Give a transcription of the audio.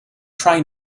trying